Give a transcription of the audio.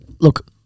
Look